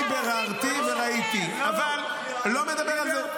אני ביררתי וראיתי, אבל לא מדבר על זה.